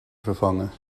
vervangen